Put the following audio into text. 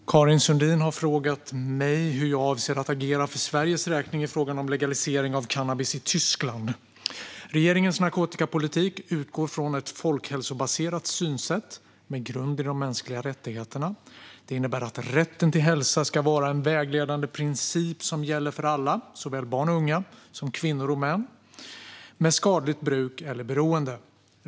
Herr talman! Karin Sundin har frågat mig hur jag avser att agera för Sveriges räkning i frågan om legalisering av cannabis i Tyskland. Regeringens narkotikapolitik utgår från ett folkhälsobaserat synsätt med grund i de mänskliga rättigheterna. Det innebär att rätten till hälsa ska vara en vägledande princip som gäller för alla, såväl barn och unga som kvinnor och män, med skadligt bruk eller beroende.